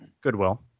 Goodwill